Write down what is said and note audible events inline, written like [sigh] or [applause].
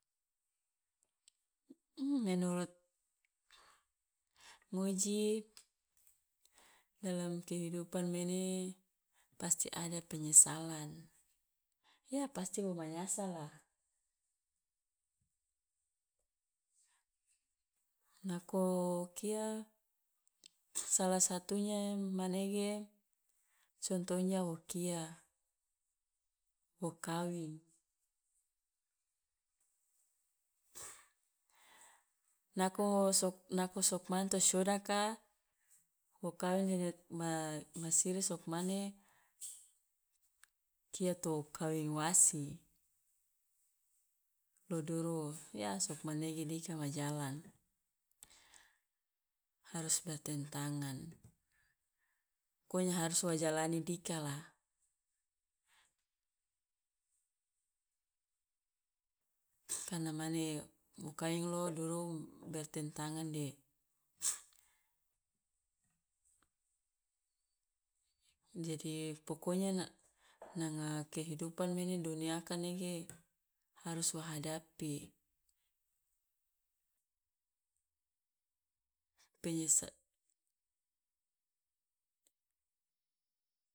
[noise] menurut ngoji dalam kehidupan mene pasti ada penyesalan, ya pasti wo manyasal lah. Nako kia, salah satunya manege contohnya wo kia, wo kawing. [noise] nako sok- nako sok mane to siodaka wo kawing ne ne ma siri sok mane kia to kawing wasi, lo duru sokmanege dika ma jalan harus bertentangan, pokonyaa harus wo jalani sika lah, karena mane wo kawing lo duru bertentangan de [noise] jadi pokonya na- nanga kehidupan mene duniaka nege haruss wa hadapi, penyesa-